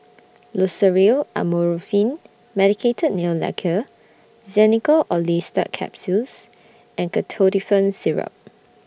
Loceryl Amorolfine Medicated Nail Lacquer Xenical Orlistat Capsules and Ketotifen Syrup